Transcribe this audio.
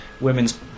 women's